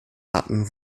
hatten